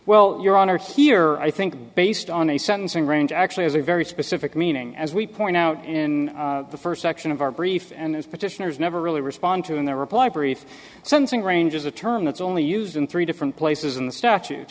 well your honor here i think based on a sentencing range actually has a very specific meaning as we point out in the first section of our brief and as petitioners never really respond to in their reply brief something ranges a term that's only used in three different places in the statu